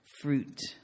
fruit